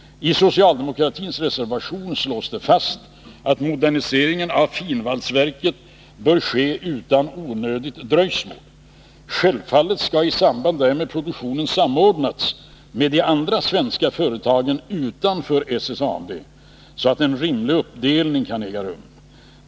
I socialdemokratins reservation slås det fast att moderniseringen av finvalsverket bör ske utan onödigt dröjsmål. Självfallet skall i samband därmed produktionen samordnas med de andra svenska företagen utanför SSAB, så att en rimlig uppdelning kan äga rum.